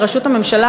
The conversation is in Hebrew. בראשות הממשלה,